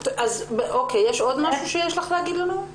יש עוד משהו שיש לך להגיד לנו?